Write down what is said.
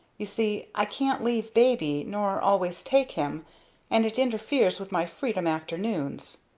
you see i can't leave baby, nor always take him and it interferes with my freedom afternoons.